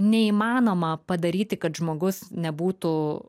neįmanoma padaryti kad žmogus nebūtų